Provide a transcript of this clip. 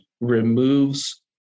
removes